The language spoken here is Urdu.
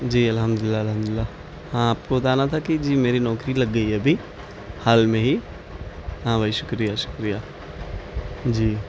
جی الحمد للہ الحمد للہ ہاں آپ کو بتانا تھا کہ جی میری نوکری لگ گئی ہے ابھی حال میں ہی ہاں بھائی شکریہ شکریہ جی